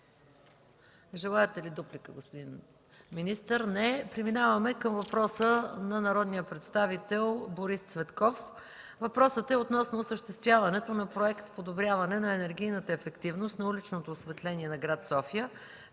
Желаете ли дуплика, господин министър? Не. Преминаваме към въпроса на народния представител Борис Цветков относно осъществяването на Проект „Подобряване енергийната ефективност на уличното осветление на град София”,